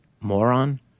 moron